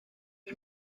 ich